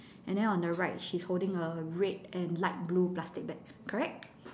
and then on the right she's holding a red and light blue plastic bag correct